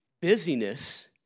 busyness